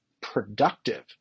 productive